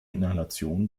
inhalation